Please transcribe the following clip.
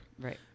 right